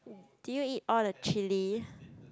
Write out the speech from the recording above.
did you eat all the chilli